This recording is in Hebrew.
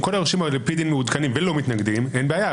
אם כל היורשים על-פי דין מעודכנים ולא מתנגדים אין בעיה.